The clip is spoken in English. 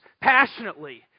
passionately